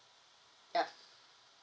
yup